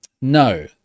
No